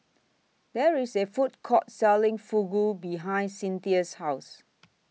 There IS A Food Court Selling Fugu behind Cynthia's House